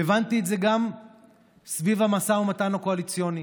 והבנתי את זה גם סביב המשא ומתן הקואליציוני